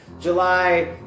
July